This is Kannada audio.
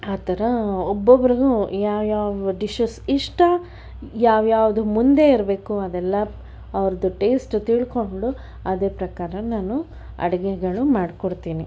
ಆ ಥರ ಒಬ್ಬೊಬ್ರಿಗೂ ಯಾವ ಯಾವ ಡಿಶಸ್ ಇಷ್ಟ ಯಾವ್ಯಾವ್ದು ಮುಂದೆ ಇರಬೇಕು ಅದೆಲ್ಲ ಅವ್ರದ್ದು ಟೇಸ್ಟ್ ತಿಳ್ಕೊಂಡು ಅದೇ ಪ್ರಕಾರ ನಾನು ಅಡುಗೆಗಳು ಮಾಡಿಕೊಡ್ತೀನಿ